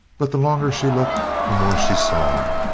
but the longer she looked the more she saw.